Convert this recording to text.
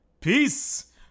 peace